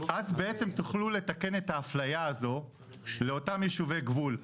אז בעצם תוכלו לתקן את האפליה הזו לאותם יישובי גבול.